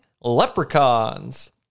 leprechauns